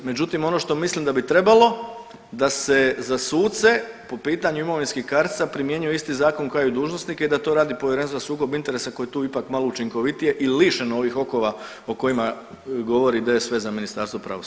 Međutim, ono što mislim da bi trebalo da se za suce po pitanju imovinskih kartica primjenjuje isti zakon kao i dužnosnike i da to radi Povjerenstvo za sukob interesa koje tu ipak malo učinkovitije i lišeno ovih okova o kojima govori DSV za Ministarstvo pravosuđa.